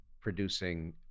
producing